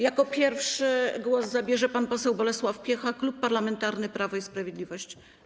Jako pierwszy głos zabierze pan poseł Bolesław Piecha, Klub Parlamentarny Prawo i Sprawiedliwość.